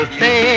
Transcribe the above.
say